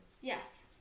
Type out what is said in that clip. yes